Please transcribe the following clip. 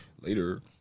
later